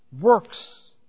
works